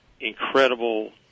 incredible